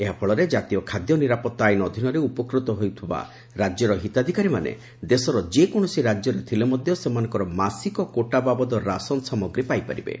ଏହାଫଳରେ ଜାତୀୟ ଖାଦ୍ୟ ନିରାପତ୍ତା ଆଇନ ଅଧୀନରେ ଉପକୃତ ହେଉଥିବା ରାଜ୍ୟର ହିତାଧିକାରୀମାନେ ଦେଶର ଯେକୌଶସି ରାଜ୍ୟରେ ଥିଲେ ମଧ୍ଧ ସେମାନଙ୍କର ମାସିକ କୋଟା ବାବଦ ରାସନ ସାମଗ୍ରୀ ପାଇପାରିବେ